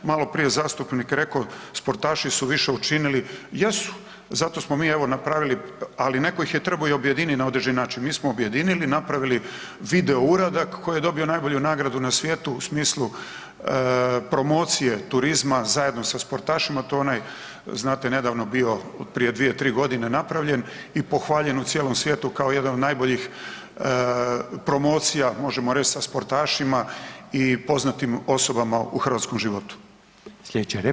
Maloprije je zastupnik rekao sportaši su više učinili, jesu, zato smo evo napravili, ali netko ih je trebao i objediniti na određeni način, mi smo objedinili, napravili video uradak koji je dobio najbolju nagradu na svijetu u smislu promocije turizma zajedno sa sportašima to je onaj znate nedavno bio prije 2, 3 godine napravljen i pohvaljen u cijelom svijetu kao jedan od najboljih promocija možemo reći sa sportašima i poznatim osobama u hrvatskom životu.